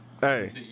hey